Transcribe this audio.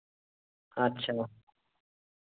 ᱟᱪᱪᱷᱟ